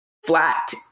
flat